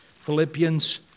Philippians